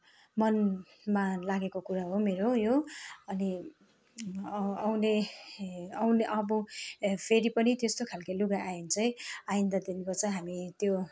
मनमा लागेको कुरा हो मेरो यो अनि अ आउने आउने अब फेरि पनि त्यस्तो खालके लुगा आयो भनेचाहिँ आइन्दादेखिको चाहिँ हामी त्यो